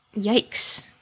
Yikes